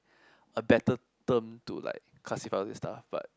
a better term to like classify all these stuff but